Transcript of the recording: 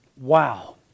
Wow